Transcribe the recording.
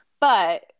But-